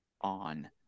on